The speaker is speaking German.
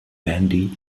bandy